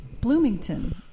Bloomington